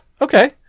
okay